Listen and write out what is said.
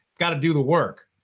got to do the work.